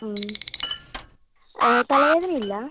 തലവേദന ഇല്ല